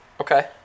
Okay